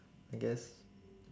I guess